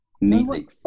Neatly